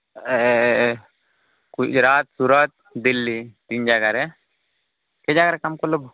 ଏ ଗୁଜୁରାଟ ସୁରତ୍ ଦିଲ୍ଲୀ ତିନ୍ ଜାଗାରେ ଇ ଜାଗାରେ କାମ୍ କଲେ